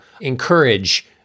encourage